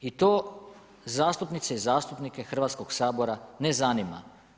I to zastupnice i zastupnike Hrvatskog sabora ne zanima.